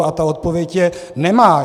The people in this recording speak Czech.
A odpověď je: Nemá.